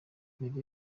mbere